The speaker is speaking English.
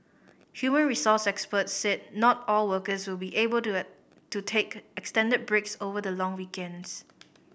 human resource experts said not all workers will be able to it to take extended breaks over the long weekends